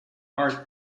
are